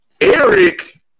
Eric